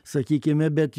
sakykime bet